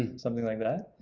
something like that.